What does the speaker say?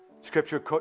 Scripture